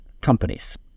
companies